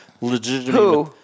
legitimately